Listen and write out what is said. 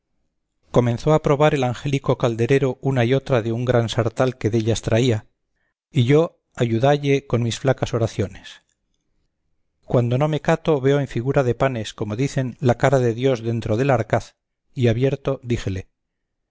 comenzó a probar el angélico caldedero una y otra de un gran sartal que dellas traía y yo ayudalle con mis flacas oraciones cuando no me cato veo en figura de panes como dicen la cara de dios dentro del arcaz y abierto díjele